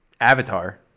Avatar